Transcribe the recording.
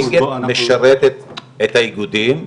וינגייט משרד את האיגודים,